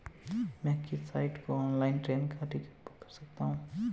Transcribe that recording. मैं किस साइट से ऑनलाइन ट्रेन का टिकट बुक कर सकता हूँ?